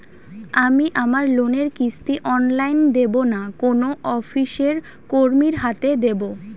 আমি আমার লোনের কিস্তি অনলাইন দেবো না কোনো অফিসের কর্মীর হাতে দেবো?